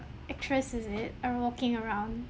actress is it are walking around